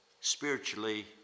spiritually